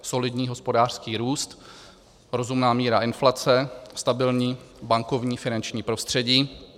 Solidní hospodářský růst, rozumná míra inflace, stabilní bankovní finanční prostředí.